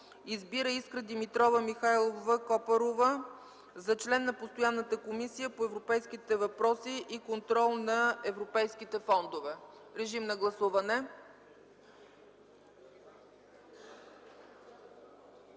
Избира Искра Димитрова Михайлова-Копарова за член на постоянната Комисия по европейските въпроси и контрол на европейските фондове.” Гласували